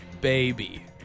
Baby